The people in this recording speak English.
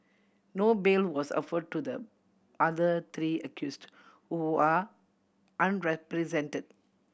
no bail was offer to the other three accused who are unrepresented